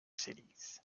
cities